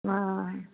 ਹਾਂ